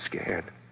scared